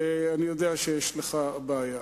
ואני יודע שיש לך בעיה,